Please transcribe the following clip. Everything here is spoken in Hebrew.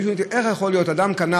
אם היו שואלים: איך יכול להיות שאדם קנה